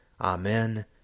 Amen